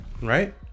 Right